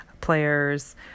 players